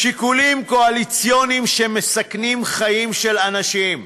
שיקולים קואליציוניים שמסכנים חיים של אנשים.